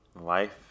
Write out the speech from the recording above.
life